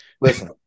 Listen